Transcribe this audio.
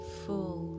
full